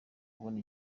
kubona